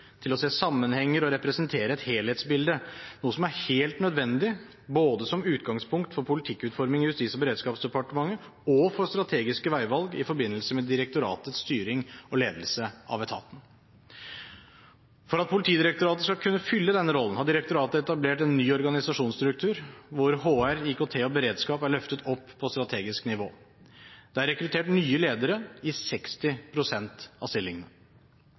til å se sammenhenger og representere et helhetsbilde, noe som er helt nødvendig både som utgangspunkt for politikkutformingen i Justis- og beredskapsdepartementet og for strategiske veivalg i forbindelse med direktoratets styring og ledelse av etaten. For at Politidirektoratet skal kunne fylle denne rollen, har direktoratet etablert en ny organisasjonsstruktur, hvor HR, IKT og beredskap er løftet opp på strategisk nivå. Det er rekruttert nye ledere i 60 pst. av stillingene.